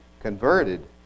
converted